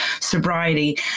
sobriety